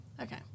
Okay